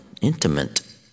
intimate